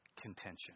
contention